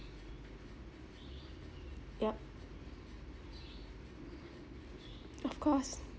yup of course